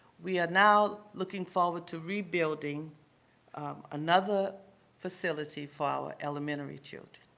we are now looking forward to rebuilding another facility for our elementary children.